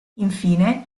infine